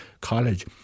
college